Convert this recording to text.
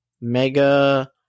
Mega